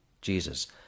Jesus